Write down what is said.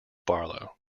barlow